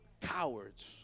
Cowards